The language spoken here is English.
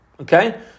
Okay